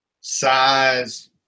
size